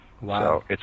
Wow